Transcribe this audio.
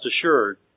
assured